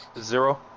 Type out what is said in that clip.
Zero